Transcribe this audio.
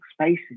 spaces